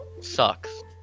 sucks